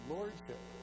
Lordship